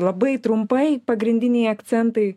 labai trumpai pagrindiniai akcentai